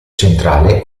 centrale